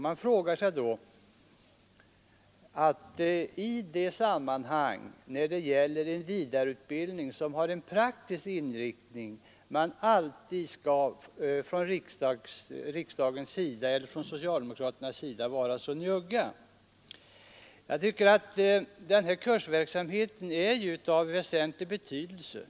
Man frågar sig varför riksdagen eller, rättare sagt, socialdemokraterna alltid skall vara så njugga när det gäller vidareutbildning som har praktisk inriktning. Den här kursverksamheten är av väsentlig betydelse.